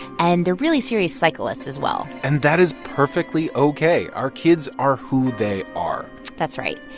and they're really serious cyclists, as well and that is perfectly ok. our kids are who they are that's right.